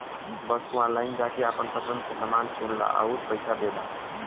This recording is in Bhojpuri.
बस तू ऑनलाइन जाके आपन पसंद के समान चुनला आउर पइसा दे दा